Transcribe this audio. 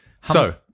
So-